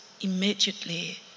immediately